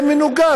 זה מנוגד.